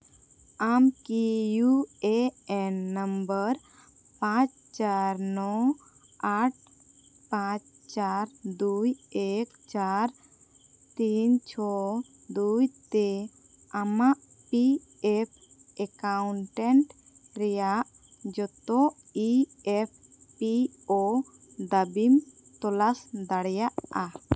ᱟᱢ ᱠᱤ U A N number ᱯᱟᱸᱪ ᱪᱟᱨ ᱱᱚ ᱟᱴ ᱯᱟᱸᱪ ᱪᱟᱨ ᱫᱩᱭ ᱮᱹᱠ ᱪᱟᱨ ᱛᱤᱱ ᱪᱷᱚ ᱫᱩᱭ ᱛᱮ ᱟᱢᱟᱜ ᱯᱤ ᱮᱯᱷ ᱮᱠᱟᱣᱩᱱᱴᱮᱱᱴ ᱨᱮᱭᱟᱜ ᱡᱚᱛᱚ ᱤ ᱮᱯᱷ ᱯᱤ ᱳ ᱫᱟᱹᱵᱤᱢ ᱛᱚᱞᱟᱥ ᱫᱟᱲᱮᱭᱟᱜᱼᱟ